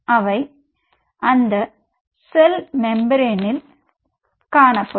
அவை அந்த செல் மெம்பரானில் காணப்படும்